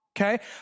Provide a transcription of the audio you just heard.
Okay